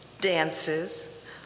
dances